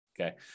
Okay